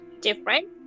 Different